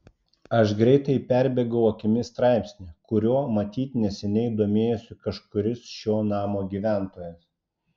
aš greitai perbėgau akimis straipsnį kuriuo matyt neseniai domėjosi kažkuris šio namo gyventojas